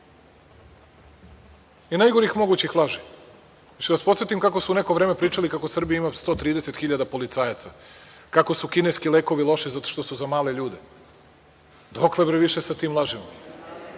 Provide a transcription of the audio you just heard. i najgorih mogućih laži. Hoćete da vas podsetim kako su neko vreme pričali kako Srbija ima 130.000 policajaca, kako su kineski lekovi loši zato što su za male ljude? Dokle više sa tim lažima.